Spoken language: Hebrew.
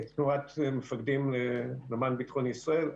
אנחנו, תנועת מפקדים למען ביטחון ישראל,